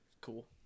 Cool